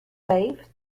waived